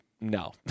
no